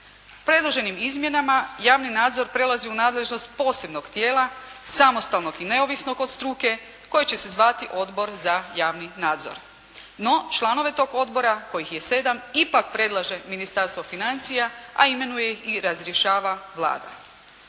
Predloženim izmjenama javni nadzor prelazi u nadležnost posebnog tijela samostalnog i neovisnog od struke koje će se zvati Odbor za javni nadzor. No, članove tog odbora kojih je 7 ipak predlaže Ministarstvo financija, a imenuje ih i razrješava Vlada.